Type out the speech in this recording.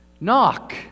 Knock